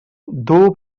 duu